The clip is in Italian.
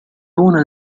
una